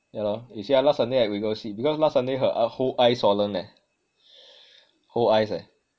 yah lor you see ah last sunday right we go see because last sunday ey~ her whole eye swollen leh whole eyes leh